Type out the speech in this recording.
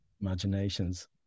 imaginations